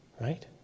Right